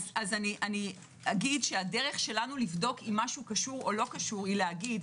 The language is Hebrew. הדרך שלנו לבדוק אם משהו קשור או לא קשור היא לומר: